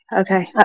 Okay